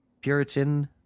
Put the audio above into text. Puritan